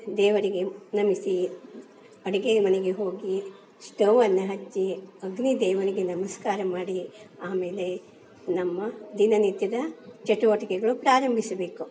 ದೇವರಿಗೆ ನಮಿಸಿ ಅಡುಗೆ ಮನೆಗೆ ಹೋಗಿ ಸ್ಟೌವನ್ನು ಹಚ್ಚಿ ಅಗ್ನಿ ದೇವನಿಗೆ ನಮಸ್ಕಾರ ಮಾಡಿ ಆಮೇಲೆ ನಮ್ಮ ದಿನನಿತ್ಯದ ಚಟುವಟಿಕೆಗಳು ಪ್ರಾರಂಭಿಸ್ಬೇಕು